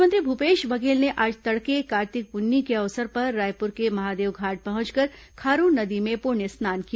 मुख्यमंत्री भूपेश बघेल ने आज तड़के कार्तिक पुन्नी के अवसर पर रायपुर के महादेवघाट पहुंचकर खारून नदी में पुण्य स्नान किया